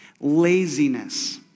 Laziness